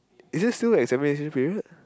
is it still like it's period